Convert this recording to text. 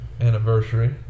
anniversary